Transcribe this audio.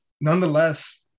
nonetheless